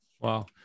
Wow